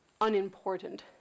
unimportant